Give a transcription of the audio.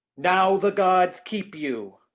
now the gods keep you!